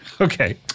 Okay